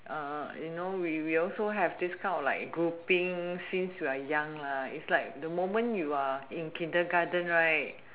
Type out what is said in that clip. uh you know we we also have this kind of like grouping since we are young lah is like the moment you're in kindergarten right